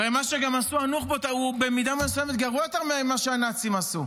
הרי מה שעשו הנוח'בות הוא במידה מסוימת גרוע יותר ממה שהנאצים עשו.